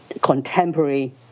Contemporary